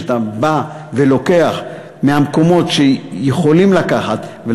שאתה בא ולוקח מהמקומות שיכולים לקחת מהם,